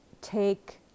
take